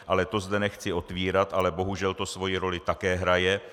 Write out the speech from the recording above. Ale to zde nechci otvírat, ale bohužel to svou roli také hraje.